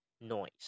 noise